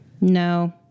No